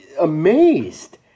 amazed